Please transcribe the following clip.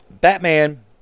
Batman